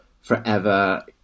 forever